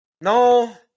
No